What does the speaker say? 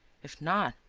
if not,